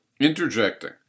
Interjecting